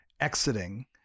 exiting